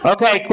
Okay